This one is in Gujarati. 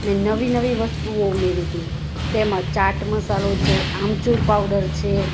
મેં નવી નવી વસ્તુઓ ઉમેરી હતી તેમાં ચાટ મસાલો છે આમચૂર પાવડર છે